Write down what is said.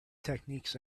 techniques